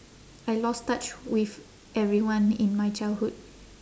I lost touch with everyone in my childhood